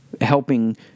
helping